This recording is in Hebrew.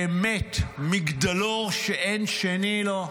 באמת מגדלור שאין שני לו,